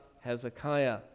Hezekiah